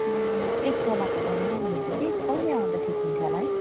म एक तोलाको बनाऊँ भनेको कि कहिले आउँदा ठिक हुन्छ होला है